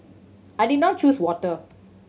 I did not choose water